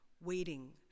waiting